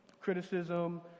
criticism